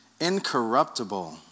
incorruptible